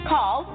Call